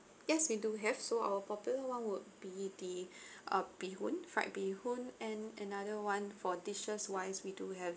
yes we do have so our popular one would be the uh bee hoon fried bee hoon and another one for dishes wise we do have